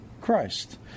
Christ